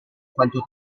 quanto